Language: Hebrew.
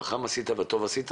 חכם וטוב עשית,